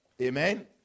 amen